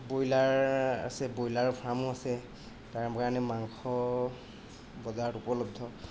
broiler আছে broiler ফাৰ্মো আছে তাৰ কাণে মাংস বজাৰত উপলব্ধ